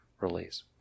release